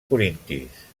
corintis